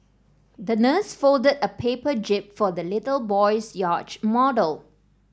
the nurse folded a paper jib for the little boy's yacht model